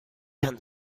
kann